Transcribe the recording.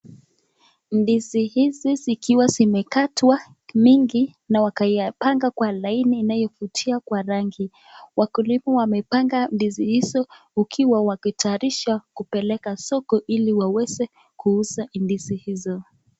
Ndizi hizi zikiwa zimekatwa mingi na wakayapanga kwa laini inayovutia kwa rangi. Wakulima wamepanga ndizi hizo wakiwa wakitayarisha kupeleka soko ili waweze kuuza ndizi hizo.